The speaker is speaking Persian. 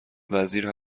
وزیر